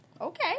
okay